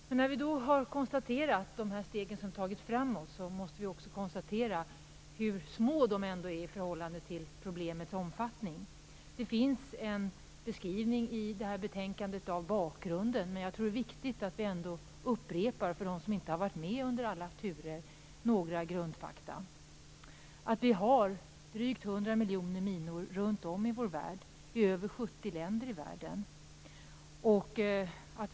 Men när vi har konstaterat att vi har tagit steg framåt, måste vi också konstatera hur små de ändå är i förhållande till problemets omfattning. Det finns en beskrivning av bakgrunden i betänkandet. Men jag tror att det ändå är viktigt att vi upprepar några grundfakta för dem som inte har varit med under alla turer. Det finns drygt 100 miljoner minor runt om i vår värld. Det finns minor i över 70 länder i världen.